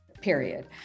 period